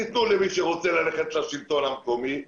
תתנו למי שרוצה ללכת לשלטון המקומי,